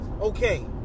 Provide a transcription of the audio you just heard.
okay